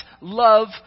love